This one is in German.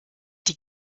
die